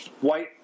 white